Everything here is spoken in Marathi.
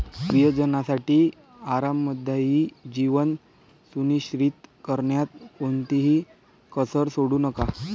प्रियजनांसाठी आरामदायी जीवन सुनिश्चित करण्यात कोणतीही कसर सोडू नका